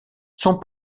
sont